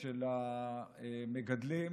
של המגדלים,